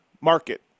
market